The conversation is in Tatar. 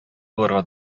булырга